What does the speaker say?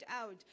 out